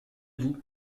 vous